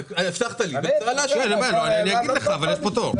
הבטחת לי --- אני אגיד לך, אבל יש פה תור.